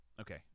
Okay